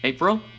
April